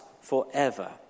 forever